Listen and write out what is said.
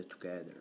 together